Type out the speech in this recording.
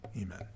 amen